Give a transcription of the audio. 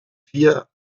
vier